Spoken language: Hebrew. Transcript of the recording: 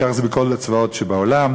כי ככה זה בכל הצבאות שבעולם.